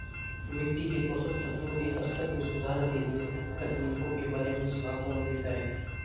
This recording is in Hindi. मिट्टी के पोषक तत्वों के स्तर में सुधार के लिए तकनीकों के बारे में सलाह कौन देता है?